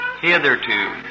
hitherto